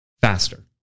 faster